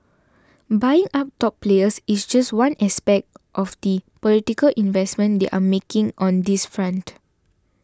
buying up top players is just one aspect of the political investments they are making on this front